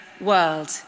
world